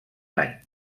any